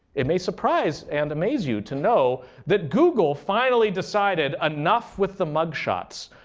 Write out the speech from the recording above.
it may surprise and amaze you to know that google finally decided enough with the mugshots.